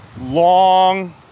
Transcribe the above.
long